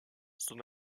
son